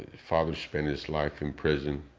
father spent his life in prison.